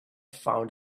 found